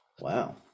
Wow